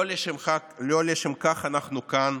לא לשם כך אנחנו כאן?